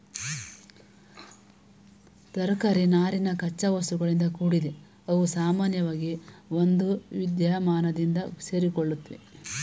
ತರಕಾರಿ ನಾರಿನ ಕಚ್ಚಾವಸ್ತುಗಳಿಂದ ಕೂಡಿದೆ ಅವುಸಾಮಾನ್ಯವಾಗಿ ಒಂದುವಿದ್ಯಮಾನದಿಂದ ಸೇರಿಕೊಳ್ಳುತ್ವೆ